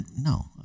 no